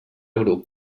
grup